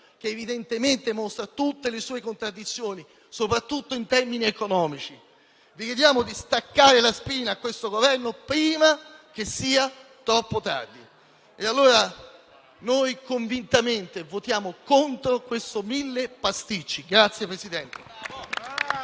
che evidentemente mostra tutte le sue contraddizioni, soprattutto in termini economici. Vi chiediamo di staccare la spina a questo Governo prima che sia troppo tardi. Noi, convintamente, votiamo contro questo provvedimento